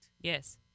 Yes